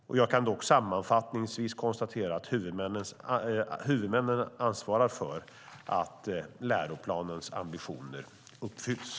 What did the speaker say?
Jag kan dock sammanfattningsvis konstatera att huvudmännen ansvarar för att läroplanens ambitioner uppfylls.